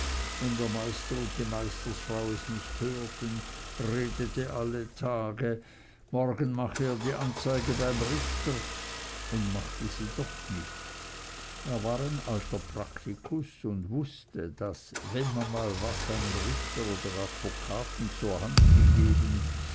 wenn der meister und die meisterfrau es nicht hörten redete alle tage morgen mache er die anzeige beim richter und machte sie doch nicht er war ein alter praktikus und wußte daß wenn man mal was einem richter oder advokaten zur hand gegeben